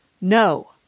No